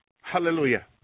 Hallelujah